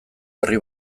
herri